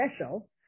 special